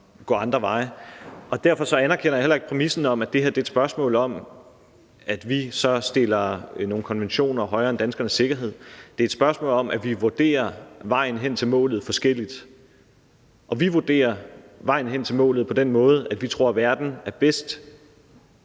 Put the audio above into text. Derfor anerkender jeg heller ikke præmissen om, at det her er et spørgsmål om, at vi så stiller nogle konventioner højere end danskernes sikkerhed. Det er et spørgsmål om, at vi vurderer vejen hen til målet forskelligt. Vi vurderer vejen hen til målet på den måde, at vi tror, at verden inklusive